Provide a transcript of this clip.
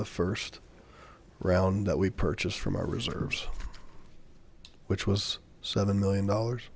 the first round that we purchased from our reserves which was seven million dollars